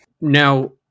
now